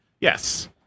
Yes